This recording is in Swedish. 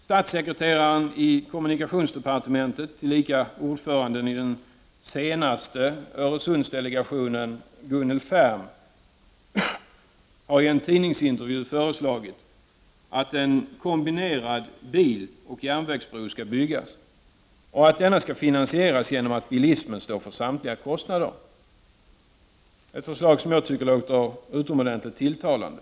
Statssekreteraren i kommunikationsdepartementet, tillika ordförande i den senaste Öresundsdelegationen, Gunnel Färm, har i en tidningsintervju föreslagit att en kombinerad biloch järnvägsbro skall byggas och att denna skall finansieras genom att bilismen står för samtliga kostnader, ett förslag som jag tycker låter utomordentligt tilltalande.